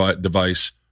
device